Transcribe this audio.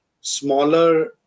smaller